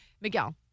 Miguel